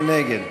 מי נגד?